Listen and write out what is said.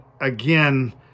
again